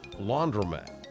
laundromat